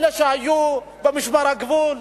אלה שהיו במשמר הגבול,